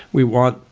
we want,